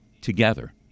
together